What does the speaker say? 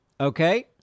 Okay